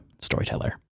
storyteller